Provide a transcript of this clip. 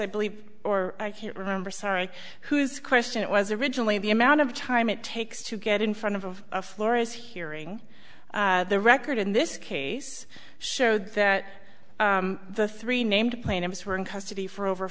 i believe or i can't remember sorry who's question it was originally the amount of time it takes to get in front of of flora's hearing the record in this case showed that the three named plaintiffs were in custody for over